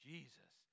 Jesus